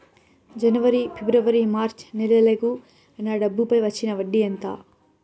జనవరి, ఫిబ్రవరి, మార్చ్ నెలలకు నా డబ్బుపై వచ్చిన వడ్డీ ఎంత